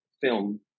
film